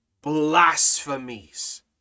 blasphemies